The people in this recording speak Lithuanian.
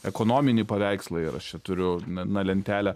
ekonominį paveikslą ir aš čia turiu n na lentelę